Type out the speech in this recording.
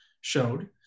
showed